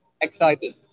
excited